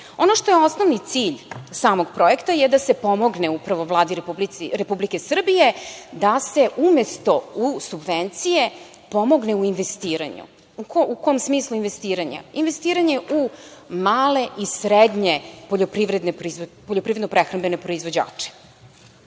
ono što je osnovni cilj samog projekta je da se pomogne upravo Vladi Republike Srbije, da se umesto u subvencije pomogne u investiranju. U kom smislu investiranja? Investiranje u male i srednje poljoprivredno-prehrambene proizvođače.